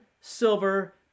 silver